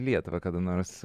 lietuvą kada nors